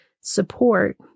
support